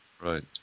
right